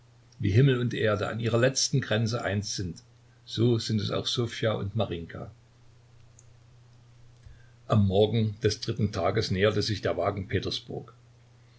wie himmel und erde an ihrer letzten grenze eins sind so sind es auch ssofja und marinjka am morgen des dritten tages näherte sich der wagen petersburg